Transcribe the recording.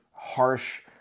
harsh